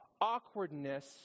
awkwardness